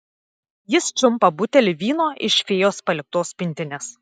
jis čiumpa butelį vyno iš fėjos paliktos pintinės